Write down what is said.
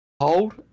hold